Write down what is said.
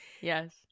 Yes